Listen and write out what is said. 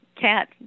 cat